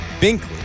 Binkley